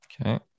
Okay